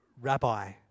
Rabbi